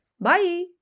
Bye